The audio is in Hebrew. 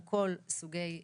על כל סוגי תחלואותיו,